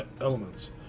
elements